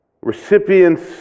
Recipients